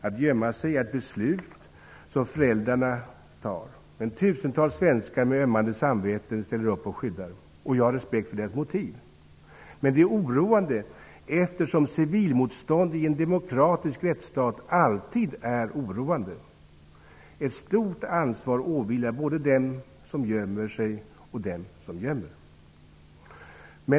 Att gömma sig är ett beslut som föräldrarna fattar. Tusentals svenskar med ömmande samveten ställer upp och skyddar dessa flyktingar. Jag har respekt för deras motiv, men det är oroande, eftersom civilmotstånd i en demokratisk rättsstat alltid är oroande. Ett stort ansvar åvilar både dem som gömmer sig och dem som gömmer.